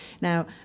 Now